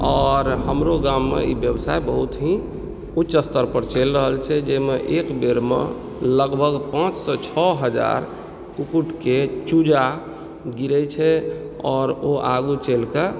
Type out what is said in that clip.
आओर हमरो गाममे इ व्यवसाय बहुत ही उच्च स्तर पर चलि रहल छै जाहिमे एकबेरमे लगभग पाँचसँ छओ हजार कुक्कुटके चूजा गिरय छै आओर ओ आगू चलि के